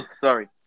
sorry